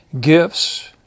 gifts